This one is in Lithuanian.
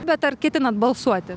bet ar ketinat balsuoti